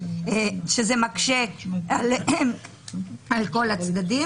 שזה מקשה על כל הצדדים.